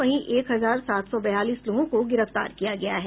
वहीं एक हजार सात सौ बयालीस लोगों को गिरफ्तार किया गया है